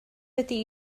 ydy